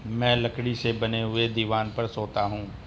मैं लकड़ी से बने हुए दीवान पर सोता हूं